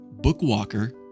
Bookwalker